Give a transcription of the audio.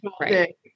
Right